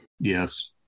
Yes